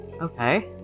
Okay